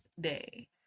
day